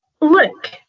Look